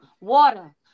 Water